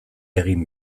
egin